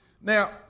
Now